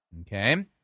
Okay